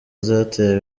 zateye